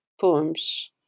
poems